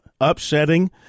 upsetting